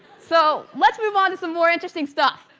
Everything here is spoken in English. so, let's move on to some more interesting stuff.